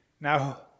Now